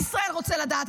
את זה עם ישראל רוצה לדעת.